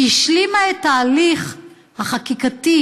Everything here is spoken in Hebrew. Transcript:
שהשלימה את ההליך החקיקתי